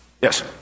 Yes